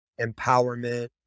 empowerment